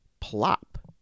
Plop